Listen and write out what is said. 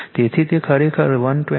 તેથી તે ખરેખર 120